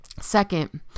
Second